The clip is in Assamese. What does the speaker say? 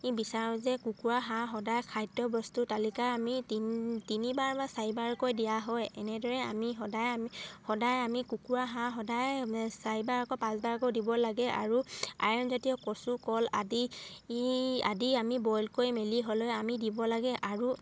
বিচাৰো যে কুকুৰা হাঁহ সদায় খাদ্য বস্তুৰ তালিকা আমি তিন তিনিবাৰ বা চাৰিবাৰকৈ দিয়া হয় এনেদৰে আমি সদায় আমি সদায় আমি কুকুৰা হাঁহ সদায় চাৰিবাৰ আকৌ পাঁচবাৰকৈ দিব লাগে আৰু আইৰণজাতীয় কচু কল আদি আমি বইল কৰি মেলি হ'লে আমি দিব লাগে আৰু